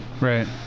Right